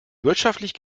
wirtschaftlich